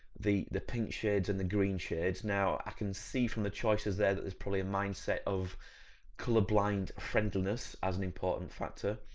the, the pink shades and the green shades, now i can see from the choices there that there's probably a mindset of colour-blind friendliness as an important factor.